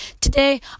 Today